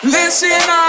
Listen